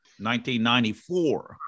1994